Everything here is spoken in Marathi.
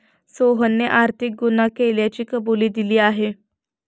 सोहनने आर्थिक गुन्हा केल्याची कबुली दिली आहे